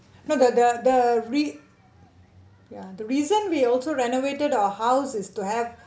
no the the the rea~ ya the reason we also renovated our house is to have